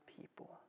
people